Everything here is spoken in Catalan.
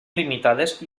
limitades